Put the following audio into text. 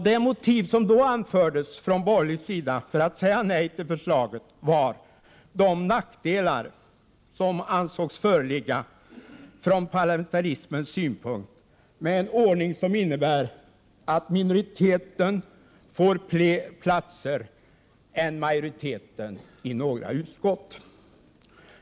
Det motiv som då anfördes från borgerlig sida för att säga nej till förslaget var de nackdelar som ansågs föreligga från parlamentarismens synpunkt med den ordning som innebär att minoriteten får fler platser än majoriteten i några utskott.